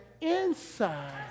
inside